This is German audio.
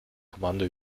kommando